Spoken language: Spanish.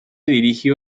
dirigió